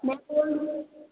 मैं बोल रही हूँ